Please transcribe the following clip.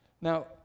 Now